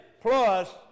plus